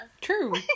True